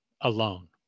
alone